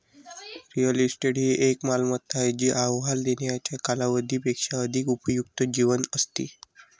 real estate ही एक मालमत्ता आहे जी अहवाल देण्याच्या कालावधी पेक्षा अधिक उपयुक्त जीवन असते